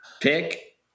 pick